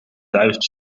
duizend